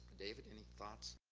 david any thoughts?